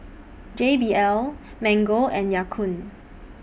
J B L Mango and Ya Kun